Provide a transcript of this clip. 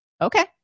Okay